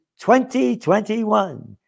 2021